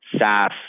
SaaS